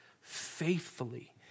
faithfully